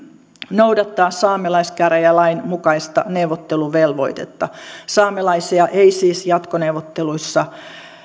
noudattaa saamelaiskäräjälain mukaista neuvotteluvelvoitetta saamelaisia ei siis jatkoneuvotteluissa